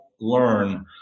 learn